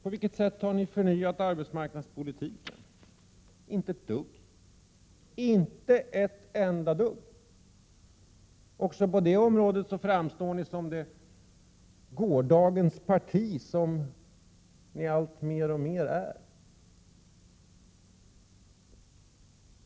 På vilket sätt har ni förnyat arbetsmarknadspolitiken? Inte ett dugg, inte enda dugg har ni gjort. Också på det området framstår ni som det gårdagens parti som ni alltmer är.